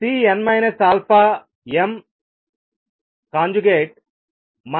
ఇది Cn αm